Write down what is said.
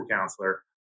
counselor